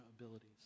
abilities